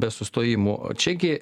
be sustojimų čia gi